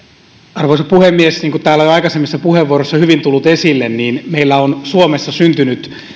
arvoisa puhemies niin kuin täällä on jo aikaisemmissa puheenvuoroissa hyvin tullut esille meillä on suomessa syntynyt